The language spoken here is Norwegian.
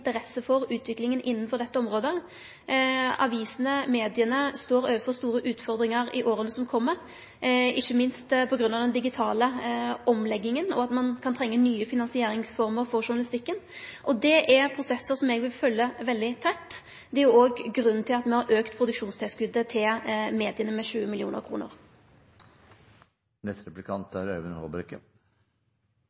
interesse av utviklinga innanfor dette området. Avisene – media – står overfor store utfordringar i åra som kjem, ikkje minst på grunn av den digitale omlegginga, og at ein kan trenge nye finansieringsformer for journalistikken. Det er prosessar som eg vil følgje veldig tett. Det er òg grunnen til at me har auka produksjonstilskotet til media med